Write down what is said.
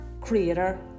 creator